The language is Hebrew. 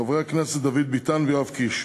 חברי הכנסת דוד ביטן ויואב קיש,